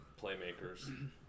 playmakers